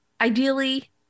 ideally